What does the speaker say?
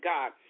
God